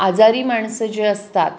आजारी माणसं जे असतात